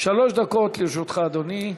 שלוש דקות לרשותך, אדוני.